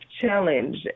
challenge